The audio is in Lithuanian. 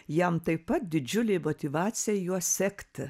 jam taip pat didžiulė motyvacija juo sekti